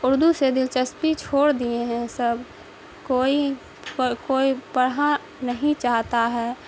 اردو سے دلچسپی چھوڑ دیے ہیں سب کوئی کوئی پڑھنا نہیں چاہتا ہے